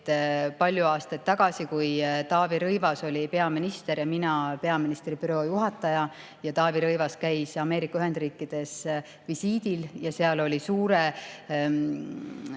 palju aastaid tagasi, kui Taavi Rõivas oli peaminister ja mina peaministri büroo juhataja ning Taavi Rõivas käis Ameerika Ühendriikides visiidil ja seal oli suure